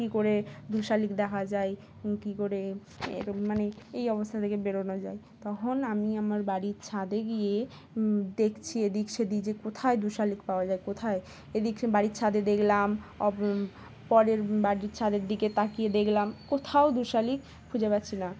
কী করে দুশালিক দেখা যায় কী করে এরকম মানে এই অবস্থা থেকে বেরোনো যায় তখন আমি আমার বাড়ির ছাদে গিয়ে দেখছি এদিক সেদিই যে কোথায় দুশালিক পাওয়া যায় কোথায় এদিক বাড়ির ছাদে দেখলাম পরের বাড়ির ছাদের দিকে তাকিয়ে দেখলাম কোথাও দুশালিক খুঁজে পাচ্ছি না